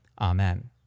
Amen